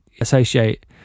associate